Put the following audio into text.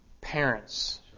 parents